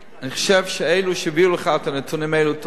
אני חושב שאלו שהביאו לך את הנתונים האלו טעו.